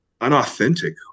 unauthentic